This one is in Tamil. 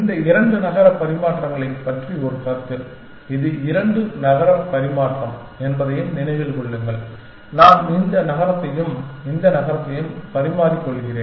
இந்த இரண்டு நகர பரிமாற்றங்களைப் பற்றி ஒரு கருத்து இது இரண்டு நகர பரிமாற்றம் என்பதை நினைவில் கொள்ளுங்கள் நான் இந்த நகரத்தையும் இந்த நகரத்தையும் பரிமாறிக்கொள்கிறேன்